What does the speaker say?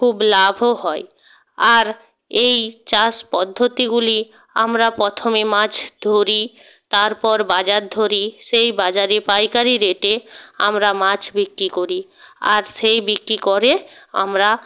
খুব লাভও হয় আর এই চাষ পদ্ধতিগুলি আমরা প্রথমে মাছ ধরি তারপর বাজার ধরি সেই বাজারে পাইকারি রেটে আমরা মাছ বিক্রি করি আর সেই বিক্রি করে আমরা